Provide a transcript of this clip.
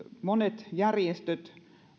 monet järjestöt